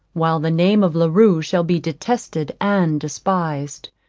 while the name of la rue shall be detested and despised.